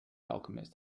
alchemist